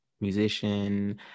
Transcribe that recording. musician